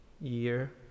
year